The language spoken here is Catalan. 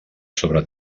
sobre